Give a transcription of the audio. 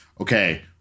okay